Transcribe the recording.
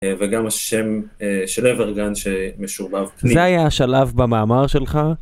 וגם השם של אברגן שמשורב פנימה. זה היה השלב במאמר שלך,